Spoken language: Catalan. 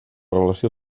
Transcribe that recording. relació